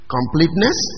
Completeness